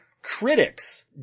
Critics